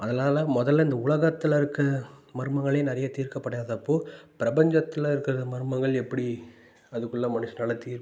அதனால் முதல்ல இந்த உலகத்தில் இருக்க மர்மங்களே நிறைய தீர்க்கப்படாதப்போ பிரபஞ்சத்தில் இருக்கிற மர்மங்கள் எப்படி அதுக்குள்ளே மனுஷனால் தீர்